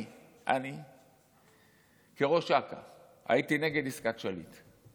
אני כראש אכ"א הייתי נגד עסקת שליט.